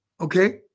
Okay